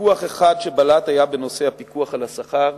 ויכוח אחד שבלט היה בנושא הפיקוח על השכר,